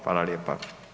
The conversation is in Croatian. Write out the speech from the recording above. Hvala lijepa.